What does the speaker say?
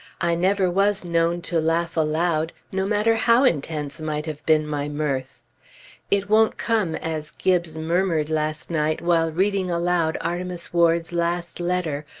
i never was known to laugh aloud, no matter how intense might have been my mirth it won't come, as gibbes murmured last night while reading aloud artemus ward's last letter,